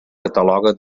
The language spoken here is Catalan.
cataloga